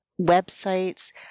websites